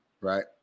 right